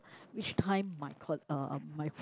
each time my coll~ uh my f~